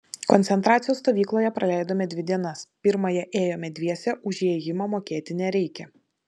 koncentracijos stovykloje praleidome dvi dienas pirmąją ėjome dviese už įėjimą mokėti nereikia